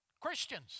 Christians